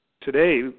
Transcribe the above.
Today